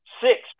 six